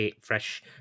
fresh